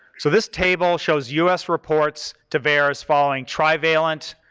so this table shows us reports to vaers following trivalent,